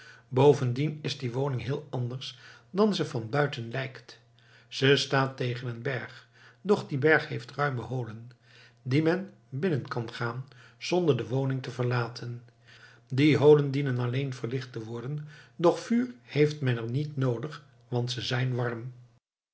bovendien is die woning heel anders dan ze van buiten lijkt zij staat tegen een berg doch die berg heeft ruime holen die men binnen gaan kan zonder de woning te verlaten die holen dienen alleen verlicht te worden doch vuur heeft men er niet noodig want ze zijn warm